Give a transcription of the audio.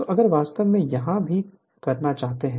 तो अगर वास्तव में यहाँ भी करना चाहते हैं